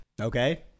Okay